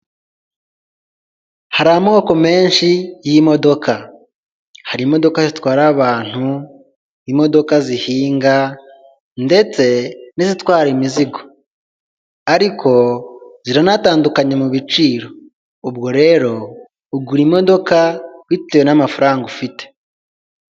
Hari amoko menshi y'imodoka, hari imodoka zitwara abantu, imodoka zihinga ndetse n'izitwara imizigo ariko ziranatandukanye mu biciro ubwo rero ugura imodoka bitewe n'amafaranga ufite.